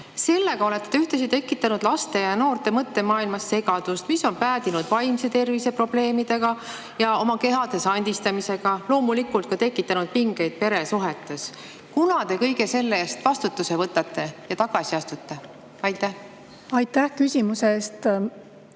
Sellega olete te tekitanud laste ja noorte mõttemaailmas segadust, mis on päädinud vaimse tervise probleemidega ja oma kehade sandistamisega, loomulikult on see tekitanud ka pingeid peresuhetes. Kunas te kõige selle eest vastutuse võtate ja tagasi astute? Tänan, lugupeetud